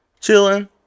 chilling